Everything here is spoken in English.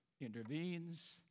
intervenes